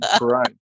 right